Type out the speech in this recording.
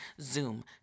Zoom